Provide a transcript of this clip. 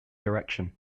direction